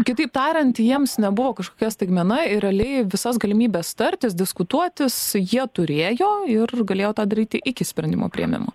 kitaip tariant jiems nebuvo kažkokia staigmena ir realiai visas galimybes tartis diskutuotis jie turėjo ir galėjo tą daryti iki sprendimo priėmimo